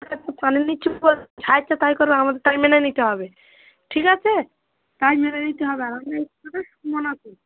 চুপ করো যা ইচ্ছা তাই করো আমাদের তাই মেনে নিতে হবে ঠিক আছে তাই মেনে নিতে হবে আমাদের